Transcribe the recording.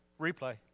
replay